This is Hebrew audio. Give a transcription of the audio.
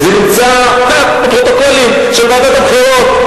וזה נמצא בפרוטוקולים של ועדת הבחירות.